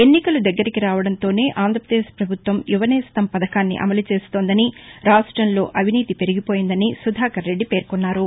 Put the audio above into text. ఎన్నికలు దగ్గరకి రావడంతోనే ఆంధ్రపదేశ్ ప్రభుత్వం యువనేస్తం పథకాన్ని అమలు చేస్తోందని రాష్ట్రంలో అవినీతి పెరిగిపోయిందని సుధాకర్ రెడ్డి పేర్కొన్నారు